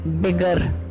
bigger